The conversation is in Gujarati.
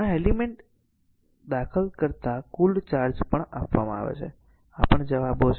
આ એલિમેન્ટ દાખલ કરતા કુલ ચાર્જ પણ આપવામાં આવે છે આ પણ જવાબો છે